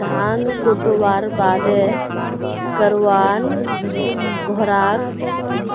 धान कुटव्वार बादे करवान घोड़ाक